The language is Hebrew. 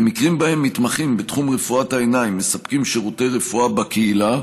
במקרים שבהם מתמחים בתחום רפואת העיניים מספקים שירותי רפואה בקהילה,